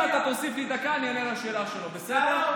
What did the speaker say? אם אתה תוסיף לי דקה אני אענה על השאלה שלו, בסדר?